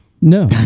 No